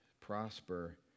prosper